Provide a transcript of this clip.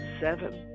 seven